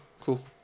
cool